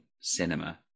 cinema